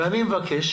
אני מבקש